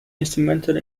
instrumental